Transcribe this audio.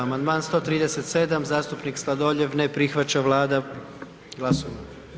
Amandman 137, zastupnik Sladoljev, ne prihvaća Vlada, glasujmo.